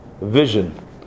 vision